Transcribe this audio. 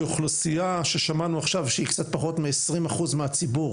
שאוכלוסייה ששמענו עכשיו שהיא קצת פחות מ- 20% מהציבור,